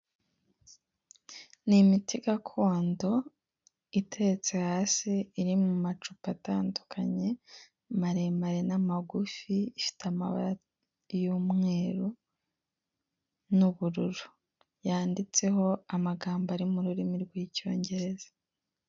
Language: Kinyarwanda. Ni imiti gakondo itetse hasi iri mu macupa atandukanye maremare n'amagufi ifite y'umweru n'ubururu yanditseho amagambo ari mu rurimi rw'icyongereza.